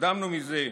התקדמנו מזה.